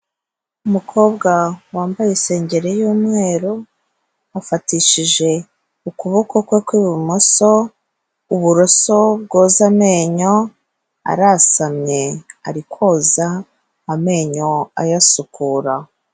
Umukobwa wambaye isengeri y'umweru, afatishije ukuboko kwe kw'ibumoso uburoso bwoza amenyo, arasamye ari koza amenyo ayasukura.